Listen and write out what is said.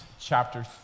chapter